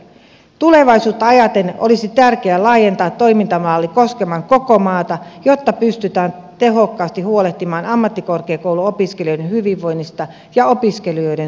tulevaisuutta ajatellen olisi tärkeää laajentaa toimintamalli koskemaan koko maata jotta pystytään tehokkaasti huolehtimaan ammattikorkeakouluopiskelijoiden hyvinvoinnista ja opiskelujen sujuvuudesta jatkossakin